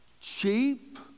cheap